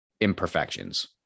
imperfections